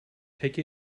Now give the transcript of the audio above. take